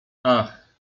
ach